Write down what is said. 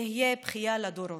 יהיה בכייה לדורות.